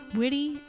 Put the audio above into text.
witty